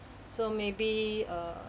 so maybe err